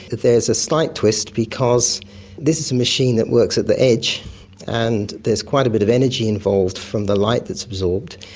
there's a slight twist because this is a machine that works at the edge and there's quite a bit of energy involved from the light that is absorbed,